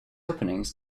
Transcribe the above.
openings